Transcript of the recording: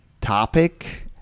topic